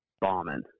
bombing